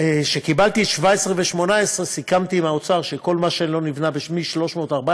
כשקיבלתי את 2017 ו-2018 סיכמתי עם האוצר שכל מה שלא נבנה מ-309 מעונות,